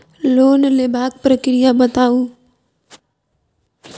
Loan लेबाक प्रक्रिया बताऊ?